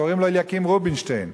קוראים לו אליקים רובינשטיין.